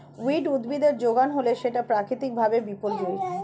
weed উদ্ভিদের যোগান হলে সেটা প্রাকৃতিক ভাবে বিপর্যোজী